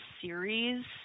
series